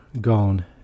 gone